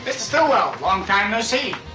but stillwell! long time no see.